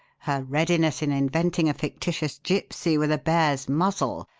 her readiness in inventing a fictitious gypsy with a bear's muzzle,